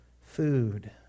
food